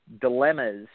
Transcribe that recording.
dilemmas